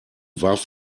warf